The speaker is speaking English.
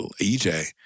EJ